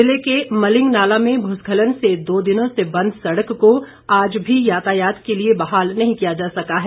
ज़िले के मलिंग नाला में भूस्खलन से दो दिनों से बंद सड़क को आज भी यातायात के लिए बहाल नहीं किया जा सका है